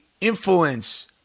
influence